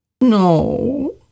No